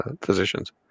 physicians